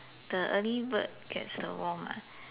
the early bird gets the worm ah